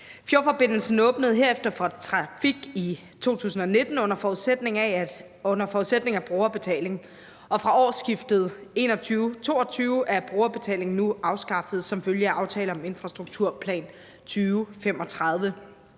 Fjordforbindelsen åbnede herefter for trafik i 2019 under forudsætning af brugerbetaling, og fra årsskiftet 2021/22 er brugerbetalingen nu afskaffet som følge af aftale om Infrastrukturplan 2035,